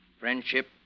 Friendship